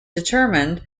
determined